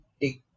take